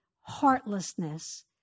heartlessness